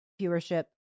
viewership